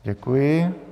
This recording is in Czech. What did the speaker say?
Děkuji.